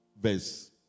Verse